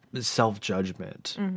self-judgment